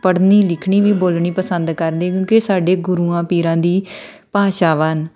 ਪੜ੍ਹਨੀ ਲਿਖਣੀ ਵੀ ਬੋਲਣੀ ਪਸੰਦ ਕਰਦੇ ਨੇ ਕਿਉਂਕਿ ਸਾਡੇ ਗੁਰੂਆਂ ਪੀਰਾਂ ਦੀ ਭਾਸ਼ਾ ਵਾ